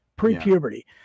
pre-puberty